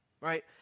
right